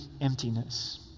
emptiness